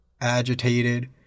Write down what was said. agitated